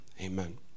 Amen